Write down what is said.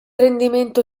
rendimento